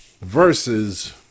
versus